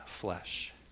flesh